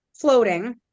floating